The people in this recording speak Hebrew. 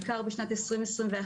בעיקר בשנת 2021,